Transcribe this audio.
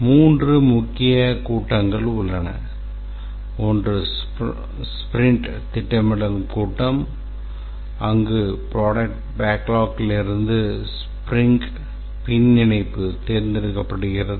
மூன்று முக்கிய கூட்டங்கள் உள்ளன ஒன்று ஸ்பிரிண்ட் திட்டமிடல் கூட்டம் அங்கு ப்ரோடக்ட் பேக்லாக்கிலிருந்து ஸ்பிரிங் பின்னிணைப்பு தேர்ந்தெடுக்கப்படுகிறது